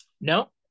no